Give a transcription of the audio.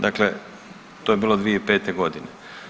Dakle, to je bilo 2005. godine.